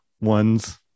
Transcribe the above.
ones